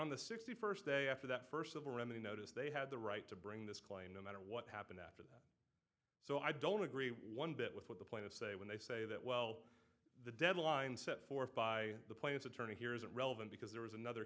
on the sixty first day after that first of all when they notice they have the right to bring this claim no matter what happened after that so i don't agree one bit with what the point of say when they say that well the deadline set forth by the plaintiff's attorney here isn't relevant because there was another